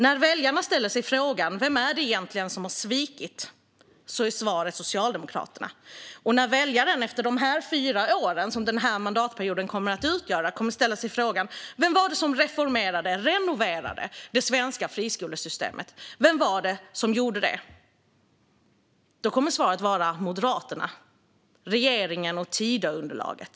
När väljarna frågar sig vem det egentligen är som har svikit är svaret Socialdemokraterna. När väljarna efter de fyra år som denna mandatperiod utgör frågar sig vem det var som reformerade och renoverade det svenska friskolesystemet kommer svaret att vara Moderaterna, regeringen och Tidöunderlaget.